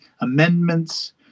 amendments